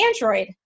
Android